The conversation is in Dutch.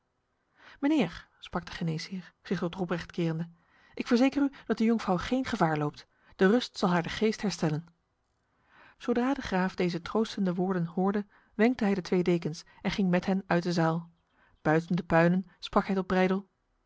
mijnheer sprak de geneesheer zich tot robrecht kerende ik verzeker u dat de jonkvrouw geen gevaar loopt de rust zal haar de geest herstellen zodra de graaf deze troostende woorden hoorde wenkte hij de twee dekens en ging met hen uit de zaal buiten de puinen sprak hij